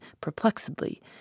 perplexedly